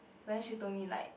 but then she told me like